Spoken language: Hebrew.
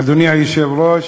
אדוני היושב-ראש,